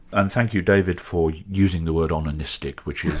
and thank you david for using the word onanistic, which is